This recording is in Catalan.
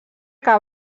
que